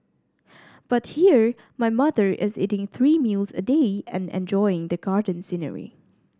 but here my mother is eating three meals a day and enjoying the garden scenery